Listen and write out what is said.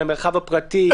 על המרחב הפרטי,